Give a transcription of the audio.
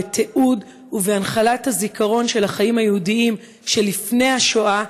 בתיעוד ובהנחלת הזיכרון של החיים היהודיים שלפני השואה,